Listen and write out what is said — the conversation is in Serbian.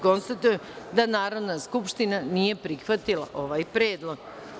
Konstatujem da Narodna skupština nije prihvatila ovaj predlog.